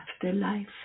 afterlife